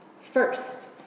First